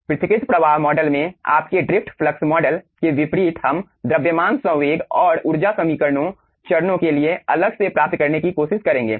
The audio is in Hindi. पृथक्कृत प्रवाह मॉडल में आपके ड्रिफ्ट फ्लक्स मॉडल के विपरीत हम द्रव्यमान संवेग और ऊर्जा समीकरणों चरणों के लिए अलग से प्राप्त करने की कोशिश करेंगे